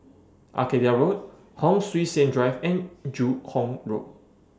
Arcadia Road Hon Sui Sen Drive and Joo Hong Road